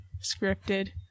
scripted